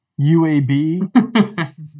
UAB